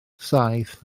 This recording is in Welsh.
saith